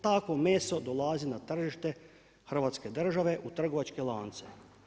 Takvo meso dolazi na tržište Hrvatske države u trgovačke lance.